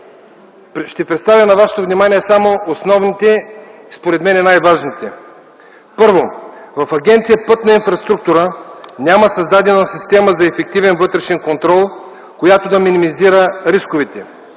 Ще представя на вашето внимание само основните - според мен най-важните. Първо, в Агенция „Пътна инфраструктура” няма създадена система за ефективен вътрешен контрол, която да минимизира рисковете.